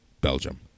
Belgium